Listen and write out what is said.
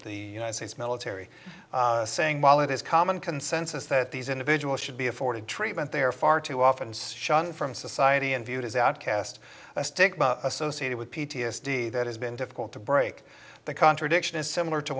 the united states military saying while it is common consensus that these individuals should be afforded treatment they are far too often shun from society and viewed as outcast a stigma associated with p t s d that has been difficult to break the contradiction is similar to